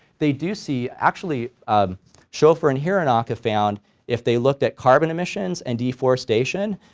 they do see actually ah schofer and hironaka found if they looked at carbon emissions and deforestation